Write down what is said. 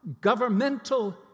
governmental